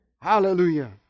Hallelujah